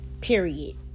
period